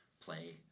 play